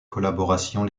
collaborations